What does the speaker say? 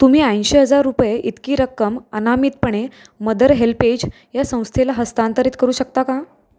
तुम्ही ऐंशी हजार रुपये इतकी रक्कम अनामितपणे मदर हेल्पेज या संस्थेला हस्तांतरित करू शकता का